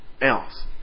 else